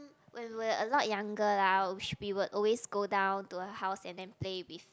when we were a lot younger lah sh~ we would always go down to her house and then play with